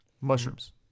mushrooms